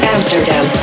Amsterdam